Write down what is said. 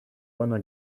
wanna